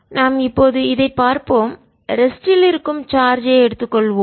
நாம் இப்போது இதைப் பார்ப்போம் ரெஸ்ட் இல் இருக்கும் சார்ஜ் ஐ எடுத்துக் கொள்வோம்